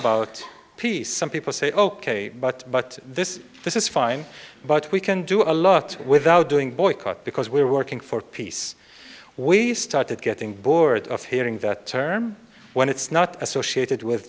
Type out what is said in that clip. about peace some people say ok but but this this is fine but we can do a lot without doing boycott because we're working for peace we started getting bored of hearing that term when it's not associated with